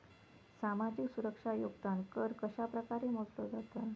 सामाजिक सुरक्षा योगदान कर कशाप्रकारे मोजलो जाता